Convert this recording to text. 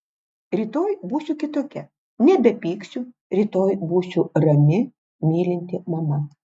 rytoj būsiu kitokia nebepyksiu rytoj būsiu rami mylinti mama